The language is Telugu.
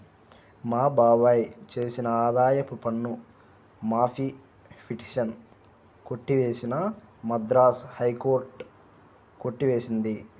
మా బాబాయ్ వేసిన ఆదాయపు పన్ను మాఫీ పిటిషన్ కొట్టివేసిన మద్రాస్ హైకోర్టు కొట్టి వేసింది